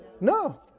No